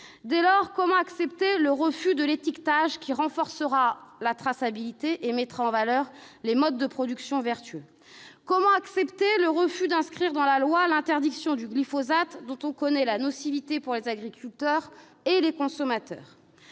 à tous. Comment accepter le refus de l'étiquetage, qui renforcera la traçabilité et mettra en valeur les modes de production vertueux ? Comment accepter le refus d'inscrire dans la loi l'interdiction du glyphosate, dont on connaît la nocivité pour les agriculteurs et les consommateurs ?